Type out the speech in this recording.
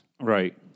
Right